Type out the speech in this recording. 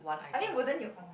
I mean wouldn't you